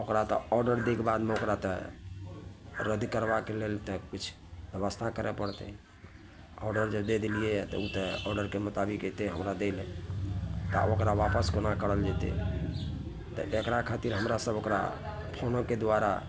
ओकरा तऽ ऑर्डर दै के बादमे ओकरा तऽ रद्द करबाक लेल तऽ किछु ब्यवस्था करै पड़तै ऑर्डर जे दए देलियै तऽ ओ तऽ ऑर्डरके मोताबिक एतै हमरा दै लए तऽ ओकरा आपस कोना करल जेतै तऽ एकरा खातिर हमरा सभ ओकरा फोनोके द्वारा